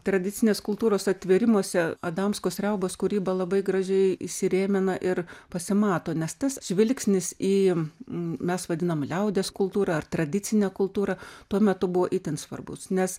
tradicinės kultūros atvėrimuose adamkos riaubos kūryba labai gražiai įsirėmina ir pasimato nes tas žvilgsnis į mes vadinam liaudies kultūra ar tradicine kultūra tuo metu buvo itin svarbus nes